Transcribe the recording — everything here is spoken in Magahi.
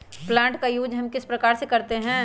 प्लांट का यूज हम किस प्रकार से करते हैं?